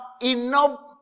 enough